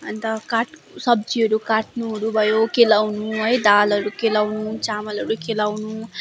अन्त काट् सब्जीहरू काट्नुहरू भयो केलाउनु दालहरू केलाउनु चामलहरू केलाउनु